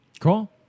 cool